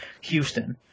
Houston